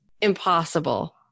impossible